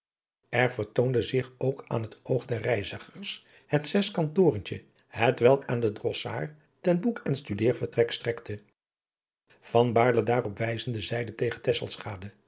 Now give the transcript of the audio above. er vertoonde zich ook aan het oog der reizigers het zeskant torentje hetwelk aan den drossaard ten boek en studeervertrek strekte van baerle daarop wijzende zeide tegen